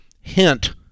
Hint